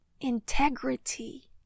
integrity